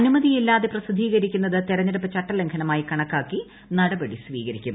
അനുമതിയില്ലാതെ പ്രസിദ്ധീകരിക്കുന്നത് തെരഞ്ഞെടുപ്പ് ചട്ടലംഘനമായി കണക്കാക്കി നടപടി സ്വീകരിക്കും